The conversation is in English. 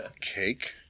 Cake